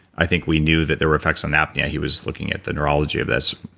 i think, we knew that there were effects on apnea he was looking at the neurology of this.